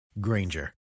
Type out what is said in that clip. Granger